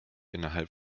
innerhalb